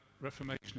Reformation